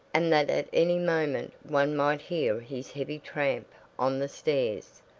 and that at any moment one might hear his heavy tramp on the stairs.